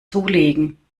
zulegen